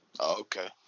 okay